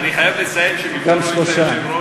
אני חייב לציין שמהכיוון של היושב-ראש,